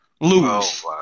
lose